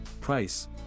Price